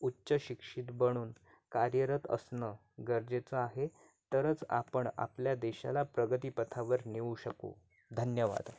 उच्च शिक्षित बनून कार्यरत असणं गरजेचं आहे तरच आपण आपल्या देशाला प्रगतीपथावर नेऊ शकू धन्यवाद